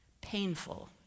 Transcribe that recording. painful